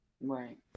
right